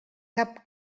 cap